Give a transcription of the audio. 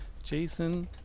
Jason